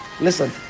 Listen